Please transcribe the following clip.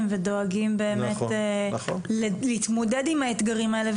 ודואגים באמת להתמודד עם האתגרים האלה,